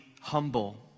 humble